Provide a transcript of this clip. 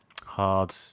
Hard